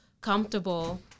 comfortable